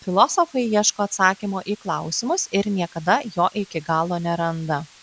filosofai ieško atsakymo į klausimus ir niekada jo iki galo neranda